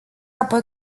apoi